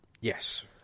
Yes